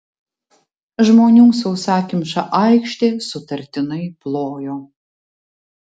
žmonių sausakimša aikštė sutartinai plojo